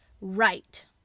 right